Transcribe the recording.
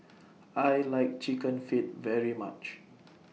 I like Chicken Feet very much